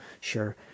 Sure